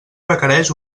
requereix